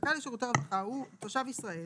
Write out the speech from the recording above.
זכאי לשירותי רווחה הוא תושב ישראל,